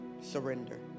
Surrender